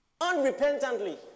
unrepentantly